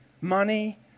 Money